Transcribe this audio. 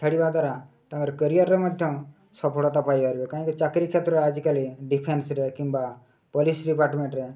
ଖେଳିବା ଦ୍ୱାରା ତାଙ୍କର କ୍ୟାରିଅରରେ ମଧ୍ୟ ସଫଳତା ପାଇପାରିବେ କାହିଁକି ଚାକିରୀ କ୍ଷେତ୍ରରେ ଆଜିକାଲି ଡିଫେନ୍ସରେ କିମ୍ବା ପୋଲିସ ଡିପାର୍ଟମେଣ୍ଟରେ